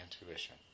intuition